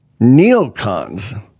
neocons